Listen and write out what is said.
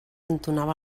entonava